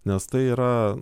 nes tai yra